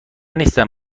نیستم